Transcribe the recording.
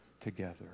together